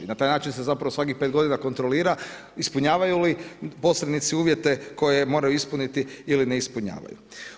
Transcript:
Na taj način se zapravo svakih 5 g. kontrolira ispunjavaju li posrednici uvjete, koje moraju ispuniti ili ne ispunjavaju.